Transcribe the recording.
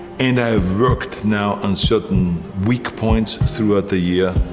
and i've worked now on certain weak points throughout the year,